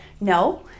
no